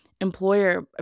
employer